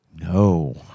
No